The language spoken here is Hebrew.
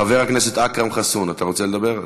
חבר הכנסת אכרם חסון, אתה רוצה לדבר?